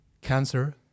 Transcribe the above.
Cancer